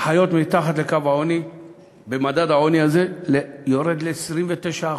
החיות מתחת לקו העוני בממד העוני הזה יורד ל-29%.